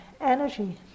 energy